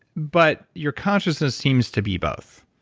but your consciousness seems to be both.